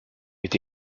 est